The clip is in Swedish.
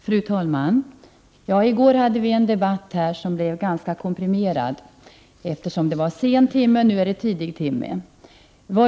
Fru talman! I går kväll blev debatten som fördes i detta ärende ganska komprimerad, eftersom timmen då var sen. Nu är det tidig timme.